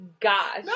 God